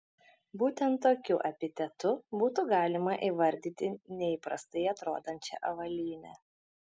būtent tokiu epitetu būtų galima įvardyti neįprastai atrodančią avalynę